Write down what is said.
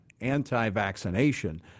anti-vaccination